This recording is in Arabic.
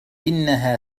إنها